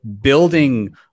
building